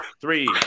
three